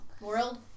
World